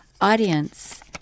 audience